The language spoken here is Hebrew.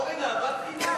אורן, אהבת חינם.